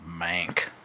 Mank